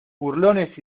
burlones